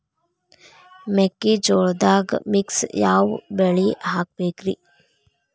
ಮೆಕ್ಕಿಜೋಳದಾಗಾ ಮಿಕ್ಸ್ ಯಾವ ಬೆಳಿ ಹಾಕಬೇಕ್ರಿ?